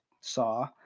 saw